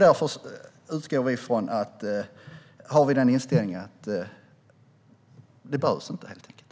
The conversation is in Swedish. Därför har vi inställningen att det helt enkelt inte behövs.